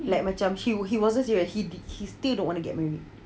like macam he he wasn't serious he still don't want to get married